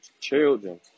children